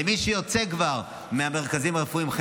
למי שכבר יוצא מהמרכזים הרפואיים בסוף,